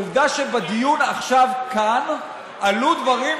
ועובדה שבדיון עכשיו כאן עלו דברים,